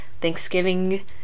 Thanksgiving